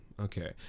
okay